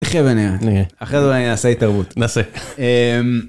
נחיה ונראה. אחרי זה נעשה התערבות נעשה.